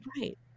Right